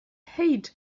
hate